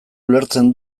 ulertzen